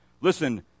listen